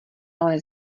ale